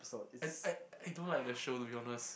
I I I don't like the show to be honest